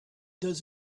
does